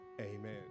Amen